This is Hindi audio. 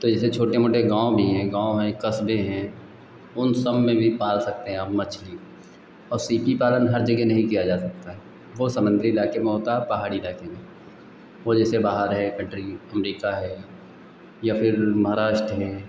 तो जैसे छोटे मोटे गाँव भी हैं गाँव हैं कस्बे हैं उन सबमें भी पाल सकते हैं आप मछली औ सीपी पालन हर जगह नहीं किया जा सकता है वह समुन्द्री इलाके में होता है और पहाड़ी इलाके में वह जैसे बाहर है कंट्री अमरीका है या फ़िर महाराष्ट्र हैं